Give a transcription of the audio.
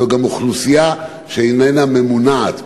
היא גם אוכלוסייה שאיננה ממונעת,